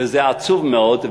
וזה עצוב מאוד.